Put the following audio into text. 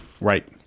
Right